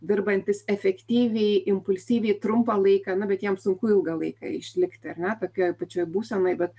dirbantys efektyviai impulsyviai trumpą laiką na bet jiem sunku ilgą laiką išlikti ar ne tokioj pačioj būsenoj bet